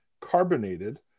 carbonated